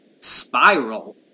Spiral